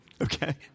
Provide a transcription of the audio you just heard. Okay